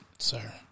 Sir